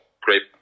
great